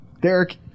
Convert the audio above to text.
Derek